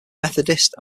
methodist